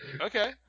Okay